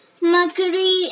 Mercury